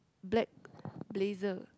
black blazer